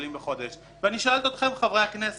אני שואלת אתכם חברי הכנסת,